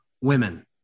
women